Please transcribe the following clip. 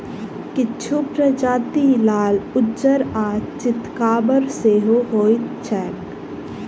किछु प्रजाति लाल, उज्जर आ चितकाबर सेहो होइत छैक